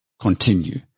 continue